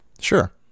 Sure